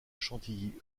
chantilly